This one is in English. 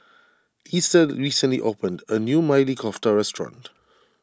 Easter recently opened a new Maili Kofta restaurant